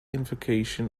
invocation